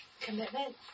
Commitment